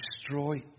destroy